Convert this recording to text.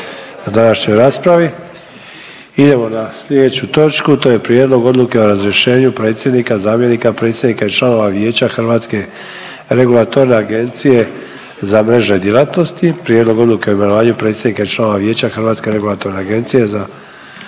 Gordan (HDZ)** Idemo dalje. Imamo sada pod a) Prijedlog odluke o razrješenju predsjednika, zamjenika predsjednika i članova Vijeća Hrvatske regulatorne agencije za mrežne djelatnosti. I b) Prijedlog odluke o imenovanju predsjednika i članova Vijeća Hrvatske regulatorne agencije za mrežne djelatnosti.